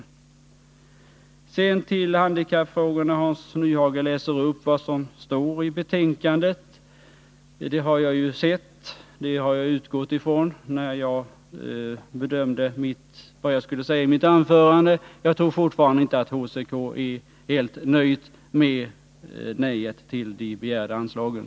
När det gäller handikappfrågorna läste Hans Nyhage upp vad som står i betänkandet. Jag har sett vad som står där, och jag har utgått från det när jag bedömt vad jag skall säga i mitt anförande här. Jag tror inte att HCK är helt nöjd med detta nej till de begärda anslagen.